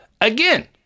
again